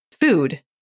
food